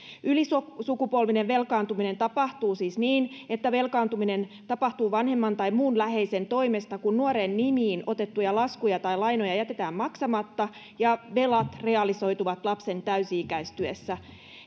ylisukupolvinen velkaantuminen tapahtuu siis niin että velkaantuminen tapahtuu vanhemman tai muun läheisen toimesta kun nuoren nimiin otettuja laskuja tai lainoja jätetään maksamatta ja velat realisoituvat lapsen täysi ikäistyessä